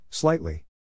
Slightly